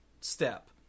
step